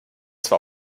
zwar